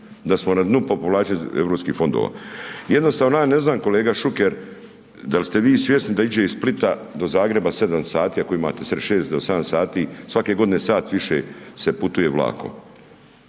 da smo na dnu populacije EU fondova. Jednostavno ja ne znam kolega Šuker dal ste vi svjesni da iđe iz Splita do Zagreba 7 sati ako imate, 6 do 7 sati svake godine sat više se putuje vlakom,